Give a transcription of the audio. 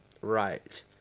right